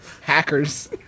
Hackers